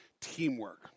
teamwork